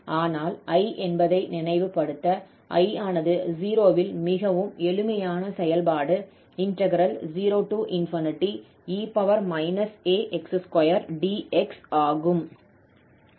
ஆனால் 𝐼 என்பதை நினைவுபடுத்த I ஆனது 0 இல் மிகவும் எளிமையான செயல்பாடு 0e ax2 dx ஆகும்